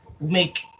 make